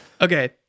okay